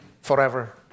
forever